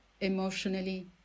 emotionally